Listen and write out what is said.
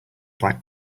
black